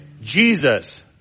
Jesus